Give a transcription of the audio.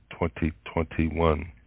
2021